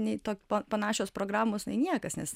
nei to pa panašios programos nei niekas nes